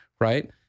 right